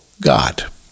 God